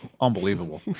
Unbelievable